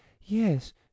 yes